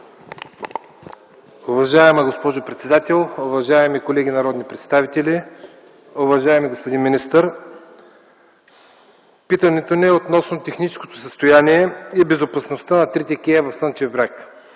Уважаема госпожо председател, уважаеми колеги народни представители! Уважаеми господин министър, питането ни е относно техническото състояние и безопасността на трите кея в Слънчев бряг.